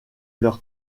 leur